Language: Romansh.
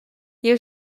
jeu